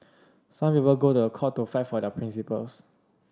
some people go to a court to fight for their principles